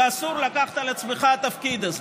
ואסור לקחת על עצמך את התפקיד הזה,